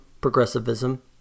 progressivism